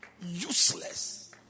Useless